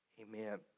Amen